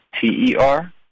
T-E-R